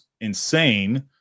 insane